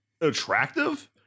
attractive